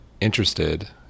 interested